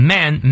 Man